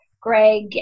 Greg